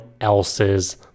else's